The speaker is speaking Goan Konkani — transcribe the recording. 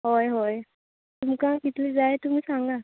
हय हय तुमकां कितले जाय तुमी सांगात